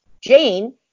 Jane